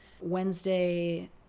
Wednesday